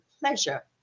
pleasure